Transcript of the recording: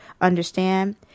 understand